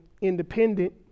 independent